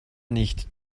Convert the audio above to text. nicht